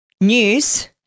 news